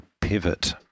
Pivot